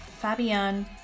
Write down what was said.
Fabian